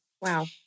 Wow